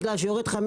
בגלל שיורד לך מס